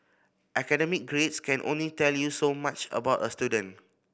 academic grades can only tell you so much about a student